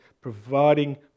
providing